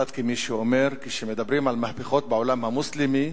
צוטט כמי שאומר: כשמדברים על מהפכות בעולם המוסלמי